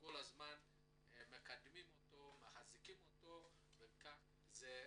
שכל הזמן מקדמים ומחזקים אותו וכך זה חשוב.